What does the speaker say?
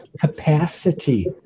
capacity